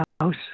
house